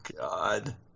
God